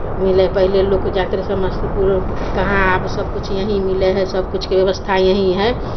मिलय हइ पहिले लोक जाइत रहय समस्तीपुर कहाँ आब सबकिछु यहीँ मिलय हइ सबकिछुके व्यवस्था यहीँ हइ